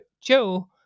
Joe